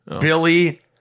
Billy